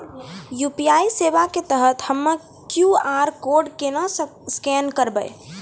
UPI सेवा के तहत हम्मय क्यू.आर कोड केना स्कैन करबै?